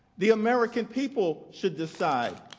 the american people should decide,